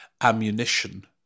ammunition